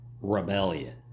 Rebellion